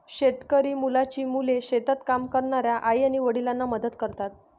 शेतकरी मुलांची मुले शेतात काम करणाऱ्या आई आणि वडिलांना मदत करतात